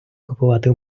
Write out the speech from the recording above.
купити